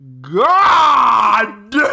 God